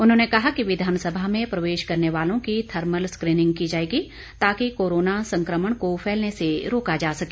उन्होंने कहा कि विधानसभा में प्रवेश करने वालों की थर्मल स्क्रीनिंग की जाएगी ताकि कोरोना संक्रमण को फैलने से रोका जा सके